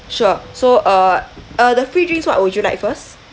sure so uh uh the free drinks what would you like first